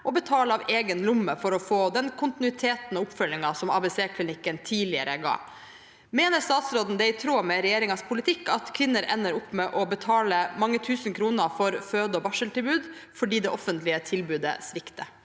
og betaler av egen lomme for å få den kontinuiteten og oppfølginga som ABC-klinikken tidligere ga. Mener statsråden det er i tråd med regjeringas politikk at kvinner ender opp med å betale mange tusen kroner for føde- og barseltilbud, fordi det offentlige tilbudet svikter?»